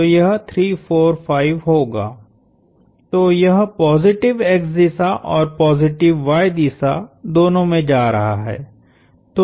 तो यह 3 4 5 होगा तो यह पॉजिटिव x दिशा और पॉजिटिव y दिशा दोनों में जा रहा है